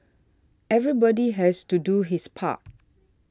everybody has to do his part